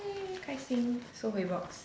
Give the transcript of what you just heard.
!yay! 开心收回 box